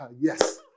Yes